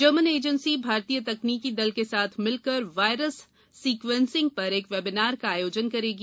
German agency भारतीय तकनीकी दल के साथ मिलकर वायरस सीक्वेंसिंग पर एक वेबिनार का आयोजन करेगी